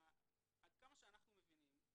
עד כמה שאנחנו מבינים,